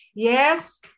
Yes